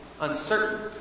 uncertain